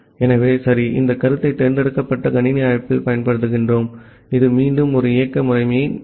ஆகவே சரி இந்த கருத்தை தேர்ந்தெடுக்கப்பட்ட கணினி அழைப்பில் பயன்படுத்துகிறோம் இது மீண்டும் ஒரு இயக்க முறைமை நிலை கணினி அழைப்பாகும்